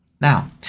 Now